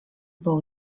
był